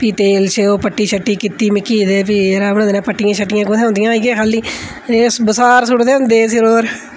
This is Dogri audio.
फ्ही तेल शेल पट्टी शट्टी कीती मिकी ते फ्ही उ'नें दिनैं पट्टियां शट्टियां कु'त्थे होंदियां हियां अदूं इ'यै खाल्ली बसार सु'टदे होंदे होंदे सिर्फ ओ'दे रा